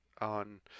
on